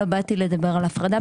אבל לא באתי לדבר על הפרדה.